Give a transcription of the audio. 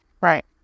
Right